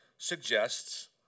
suggests